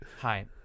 Hi